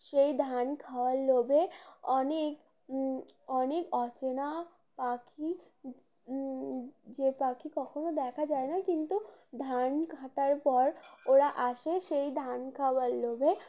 সেই ধান খাওয়ার লোভে অনেক অনেক অচেনা পাখি যে পাখি কখনো দেখা যায় না কিন্তু ধান কাটার পর ওরা আসে সেই ধান খাওয়ার লোভে